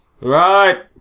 right